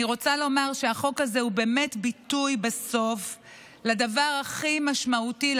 אני רוצה לומר שבסוף החוק הזה הוא באמת ביטוי לדבר הכי משמעותי,